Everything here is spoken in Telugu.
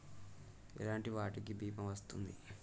ఎలాంటి వాటికి బీమా వస్తుంది?